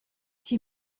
chi